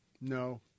No